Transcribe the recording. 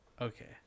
okay